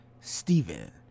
Stephen